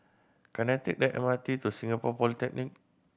can I take the M R T to Singapore Polytechnic